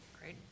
Great